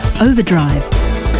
Overdrive